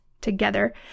together